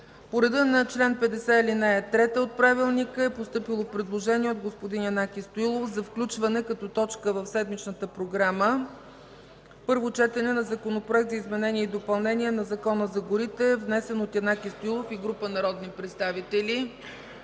дейността на Народното събрание е постъпило предложение от господин Янаки Стоилов за включване като точка в седмичната програма – Първо четене на Законопроекта за изменение и допълнение на Закона за горите, внесен от Янаки Стоилов и група народни представители.